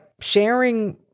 sharing